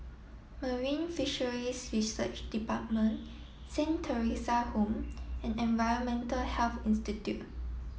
Marine Fisheries Research Department Saint Theresa Home and Environmental Health Institute